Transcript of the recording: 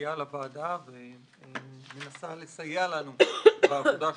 מגיעה לוועדה ומנסה לסייע לנו בעבודה שלנו.